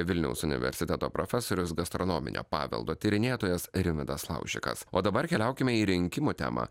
vilniaus universiteto profesorius gastronominio paveldo tyrinėtojas rimvydas laužikas o dabar keliaukime į rinkimų temą